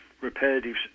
repetitive